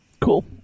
Cool